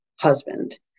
husband